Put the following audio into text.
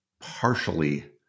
partially